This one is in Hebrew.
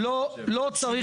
הצבעה לא אושר.